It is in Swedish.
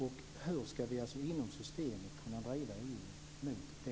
Hur skall vi inom systemet kunna driva EU mot demokrati?